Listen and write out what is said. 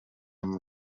amb